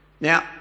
Now